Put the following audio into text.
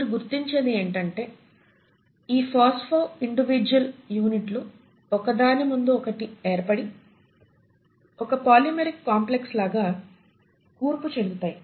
మీరు గుర్తించేది ఏంటంటే ఈ ఫోస్ఫో ఇండివిడ్యుయల్ యూనిట్లు ఒక దాని ముందు ఒకటి ఏర్పడి ఒక పొలిమేరిక్ కాంప్లెక్స్ లాగా కూర్పు చెందుతాయి